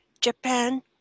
Japan